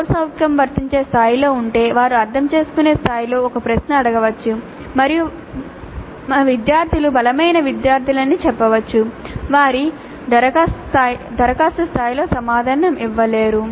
CO వర్తించే స్థాయిలో ఉంటే వారు అర్థం చేసుకునే స్థాయిలో ఒక ప్రశ్న అడగవచ్చు మరియు మా విద్యార్థులు బలహీనమైన విద్యార్థులు అని చెప్పవచ్చు వారు దరఖాస్తు స్థాయిలో సమాధానం ఇవ్వలేరు